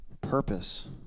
purpose